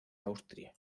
austria